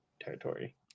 territory